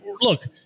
look